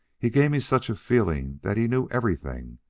he gave me such a feeling that he knew everything,